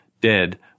dead